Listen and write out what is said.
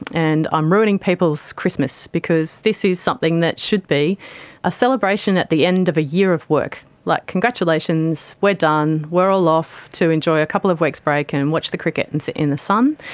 and i'm ruining people's christmas because this is something that should be a celebration at the end of a year of work, like congratulations, we're done, we're all off to enjoy a couple of weeks break and and watch the cricket and sit in the sun,